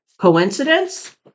Coincidence